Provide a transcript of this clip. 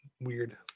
weird